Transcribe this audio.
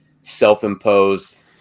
self-imposed